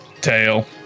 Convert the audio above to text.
tail